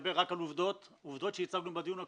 אדבר רק על עובדות שהצגנו בדיון הקודם,